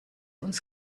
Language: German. uns